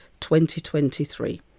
2023